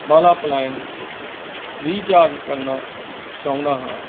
ਵਾਲਾ plan recharge ਕਰਨਾ ਚਉਂਦਾ ਹਾਂ